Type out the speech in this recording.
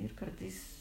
ir kartais